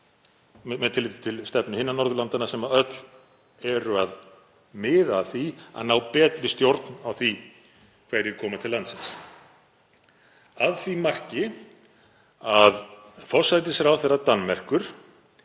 með tilliti til stefnu hinna Norðurlandanna sem öll miða að því að ná betri stjórn á því hverjir koma til landsins að því marki að forsætisráðherra Danmerkur